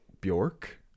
Bjork